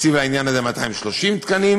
הקצה לעניין הזה 230 תקנים,